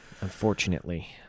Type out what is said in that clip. unfortunately